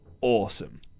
awesome